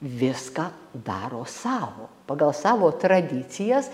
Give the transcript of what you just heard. viską daro sau pagal savo tradicijas